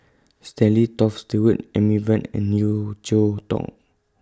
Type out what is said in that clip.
Stanley Toft Stewart Amy Van and Yeo Cheow Tong